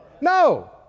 No